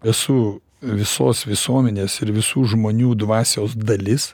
esu visos visuomenės ir visų žmonių dvasios dalis